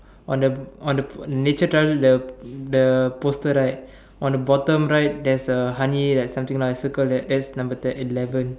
on the on the nature trail the the poster right on the bottom right there's a honey that something lah I circle that that's number ten eleven